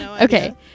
okay